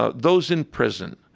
ah those in prison,